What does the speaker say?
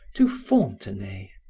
to fontenay,